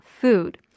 food